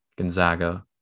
Gonzaga